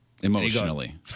Emotionally